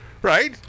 Right